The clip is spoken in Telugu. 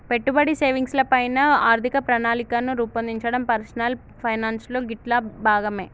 పెట్టుబడి, సేవింగ్స్ ల పైన ఆర్థిక ప్రణాళికను రూపొందించడం పర్సనల్ ఫైనాన్స్ లో గిట్లా భాగమే